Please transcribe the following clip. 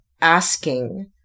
asking